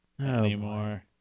anymore